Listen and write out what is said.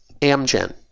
Amgen